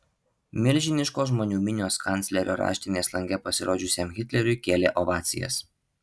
milžiniškos žmonių minios kanclerio raštinės lange pasirodžiusiam hitleriui kėlė ovacijas